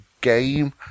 game